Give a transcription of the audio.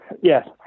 Yes